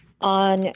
on